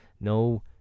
no